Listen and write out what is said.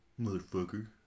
Motherfucker